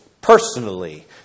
personally